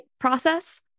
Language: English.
process